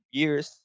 years